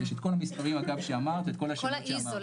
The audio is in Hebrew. יש את כל המספרים שאמרת, את כל השמות שאמרת.